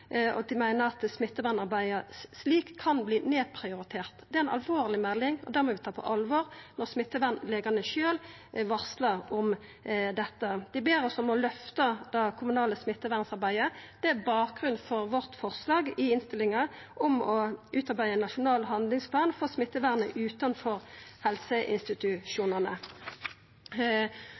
og dei meiner at smittevernarbeidet slik kan verta nedprioritert. Det er ei alvorleg melding, og vi må ta det på alvor når smittevernlegane sjølve varslar om det. Dei ber oss om å lyfta det kommunale smittevernarbeidet. Det er bakgrunnen for forslaget vårt i innstillinga om å utarbeida ein nasjonal handlingsplan for smittevernet utanfor helseinstitusjonane.